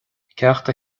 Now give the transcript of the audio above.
ceacht